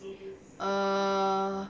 err